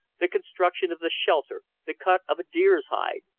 the construction of the shelter, the cut of a deer's hide,